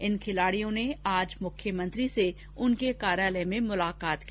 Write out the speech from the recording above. इन खिलाड़ियों ने आज मुख्यमंत्री से उनके कार्यालय में मुलाकात की